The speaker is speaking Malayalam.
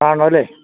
കാണണമല്ലേ